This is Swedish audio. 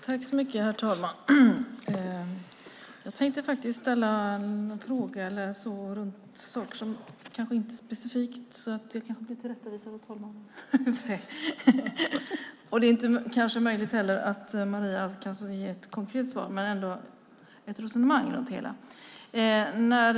Herr talman! Jag tänkte faktiskt ställa en fråga om saker som inte är specifika, så jag kanske blir tillrättavisad av talmannen. Det är också möjligt att Maria Plass inte kan ge ett konkret svar, men kanske kan hon föra ett resonemang runt det hela.